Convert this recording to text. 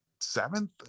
seventh